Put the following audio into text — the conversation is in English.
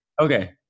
Okay